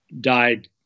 died